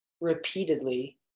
repeatedly